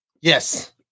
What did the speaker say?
Yes